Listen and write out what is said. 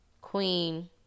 Queen